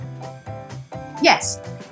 Yes